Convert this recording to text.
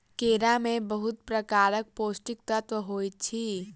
केरा में बहुत प्रकारक पौष्टिक तत्व होइत अछि